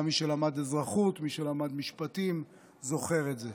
גם מי שלמד אזרחות וגם מי שלמד משפטים זוכר אותו.